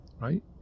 right